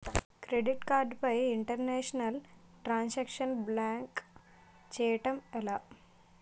Credit card పై international transaction block చేయటం ఎలా?